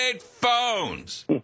phones